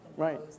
Right